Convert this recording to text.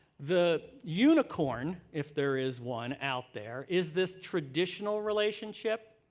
the unicorn, if there is one out there, is this traditional relationship.